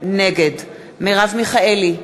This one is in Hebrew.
נגד מרב מיכאלי,